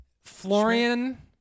Florian-